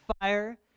fire